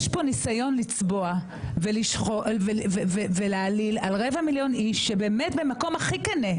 יש פה ניסיון לצבוע ולהעליל על רבע מיליון איש שבאים ממקום הכי כנה,